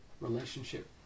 relationship